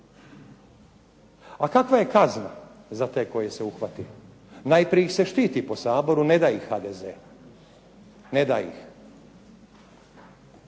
Kakva je kazna za te koje se uhvatilo, najprije se štiti po Saboru ne da ih HDZ. A onda